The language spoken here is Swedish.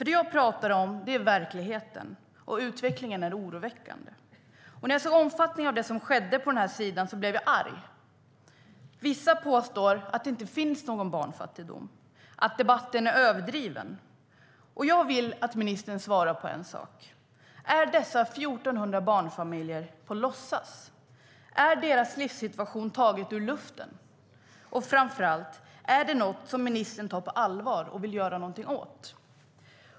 Det jag pratar om är verkligheten, och utvecklingen är oroväckande. När jag såg omfattningen av det som skedde på den här sidan blev jag arg. Vissa påstår att det inte finns någon barnfattigdom, att debatten är överdriven. Jag vill att ministern svarar på en sak: Är dessa 1 400 barnfamiljer på låtsas? Är deras livssituation tagen ur luften? Och, framför allt, är detta något ministern tar på allvar och vill göra någonting åt?